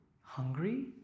hungry